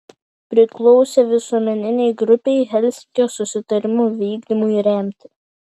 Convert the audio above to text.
priklausė visuomeninei grupei helsinkio susitarimų vykdymui remti